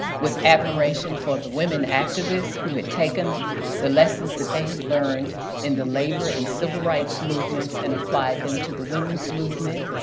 with admiration for the women activists who had taken the lessons that they had learned in the labor and civil rights movements and applied them to the women's movement.